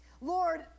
Lord